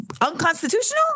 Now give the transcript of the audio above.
unconstitutional